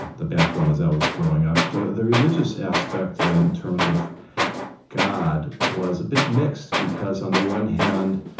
the background as i was growing up. the the religious aspect ah in terms of god was a bit mixed because, on the one hand,